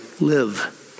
live